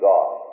God